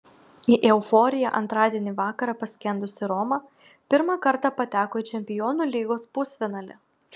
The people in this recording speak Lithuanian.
į euforiją antradienį vakarą paskendusi roma pirmą kartą pateko į čempionų lygos pusfinalį